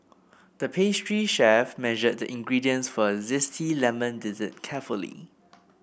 the pastry chef measured the ingredients for a zesty lemon dessert carefully